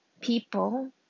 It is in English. people